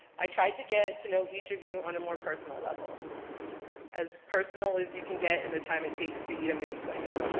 i tried to get to know each of you on a more personal level as personal as you can get in the time it takes to eat a mini twix.